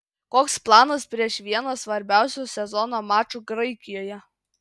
koks planas prieš vieną svarbiausių sezono mačų graikijoje